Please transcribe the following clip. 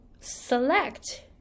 select